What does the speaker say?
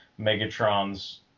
Megatron's